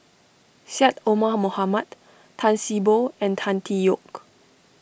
Syed Omar Mohamed Tan See Boo and Tan Tee Yoke